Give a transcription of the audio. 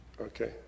okay